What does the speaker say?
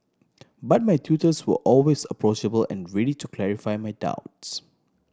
but my tutors were always approachable and ready to clarify my doubts